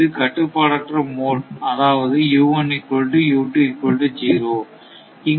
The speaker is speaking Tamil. இது கட்டுப்பாடற்ற மோட் அதாவது